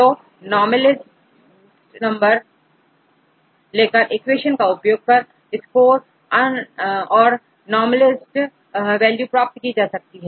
तो normalised number लेकर equation का उपयोग कर स्कोर औरनॉर्मेलिस्ड वैल्यू प्राप्त कर सकते हैं